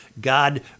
God